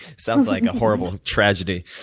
sounds like a horrible tragedy.